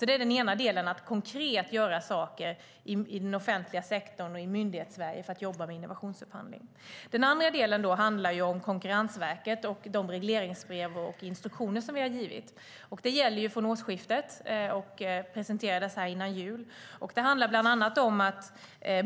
Det är den ena delen - att konkret jobba med innovationsupphandling i den offentliga sektorn och i Myndighetssverige. Den andra delen handlar om Konkurrensverket och de regleringsbrev och instruktioner vi har givit. Dessa presenterades före jul och gäller från årsskiftet.